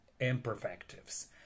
imperfectives